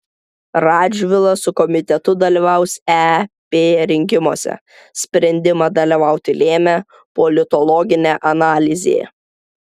radžvilas su komitetu dalyvaus ep rinkimuose sprendimą dalyvauti lėmė politologinė analizė